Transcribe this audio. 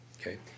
Okay